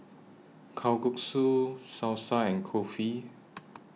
Kalguksu Salsa and Kulfi